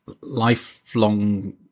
lifelong